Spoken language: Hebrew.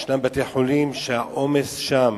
יש בתי-חולים שהעומס שם